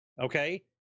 okay